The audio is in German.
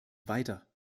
weiter